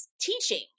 teaching